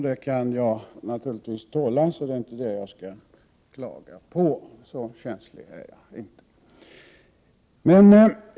Det kan jag naturligtvis tåla, så det är inte det jag skall klaga på. Så känslig är jag inte.